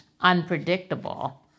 unpredictable